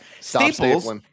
Staples